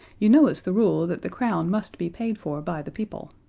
you know it's the rule that the crown must be paid for by the people.